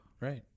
right